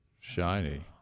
Shiny